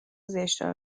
زشتها